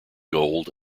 gold